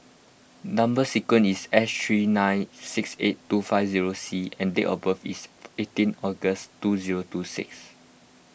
Number Sequence is S three nine six eight two five zero C and date of birth is eighteen August two zero two six